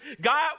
God